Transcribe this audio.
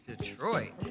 Detroit